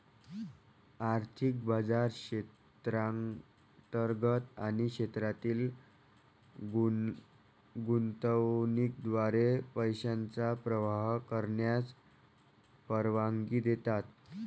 आर्थिक बाजार क्षेत्रांतर्गत आणि क्षेत्रातील गुंतवणुकीद्वारे पैशांचा प्रवाह करण्यास परवानगी देतात